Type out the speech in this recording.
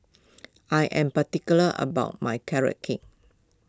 I am particular about my Carrot Cake